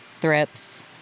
thrips